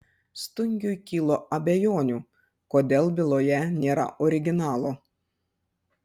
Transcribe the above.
stungiui kilo abejonių kodėl byloje nėra originalo